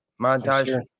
Montage